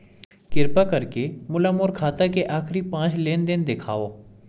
किरपा करके मोला मोर खाता के आखिरी पांच लेन देन देखाव